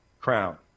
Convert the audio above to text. Crown